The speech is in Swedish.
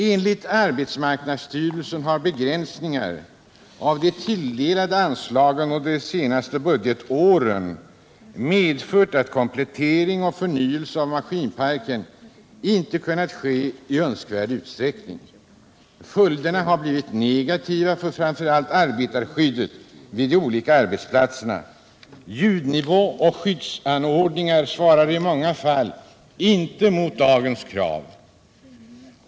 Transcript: Enligt AMS har begränsningar av de tilldelade anslagen under de senaste budgetåren medfört att komplettering och förnyelse av maskinparken inte kunnat ske i önskvärd utsträckning. Följderna har blivit negativa för framför allt arbetarskyddet vid de olika arbetsplatserna. Ljudnivå och skyddsanordningar svarar i många fall inte mot dagens krav.